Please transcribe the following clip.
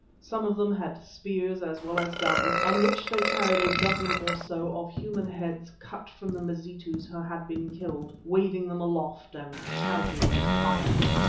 some of them had spears as well as guns, on which they carried a dozen or so of human heads cut from the mazitus who had been killed, waving them aloft and shouting in triumph.